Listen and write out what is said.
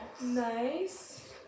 Nice